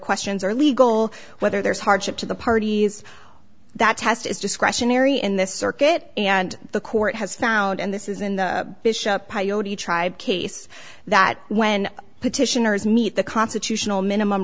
questions are legal whether there's hardship to the parties that test is discretionary in this circuit and the court has found and this is in the pio d tribe case that when petitioners meet the constitutional minimum